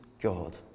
God